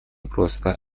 просто